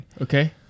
Okay